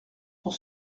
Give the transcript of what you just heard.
pour